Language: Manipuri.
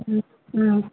ꯎꯝ ꯎꯝ